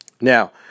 Now